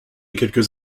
quelques